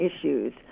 issues